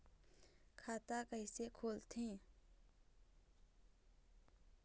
खाता कइसे खोलथें?